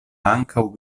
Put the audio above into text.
ankaŭ